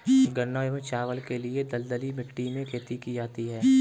गन्ना एवं चावल के लिए दलदली मिट्टी में खेती की जाती है